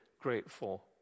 grateful